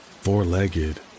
four-legged